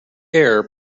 air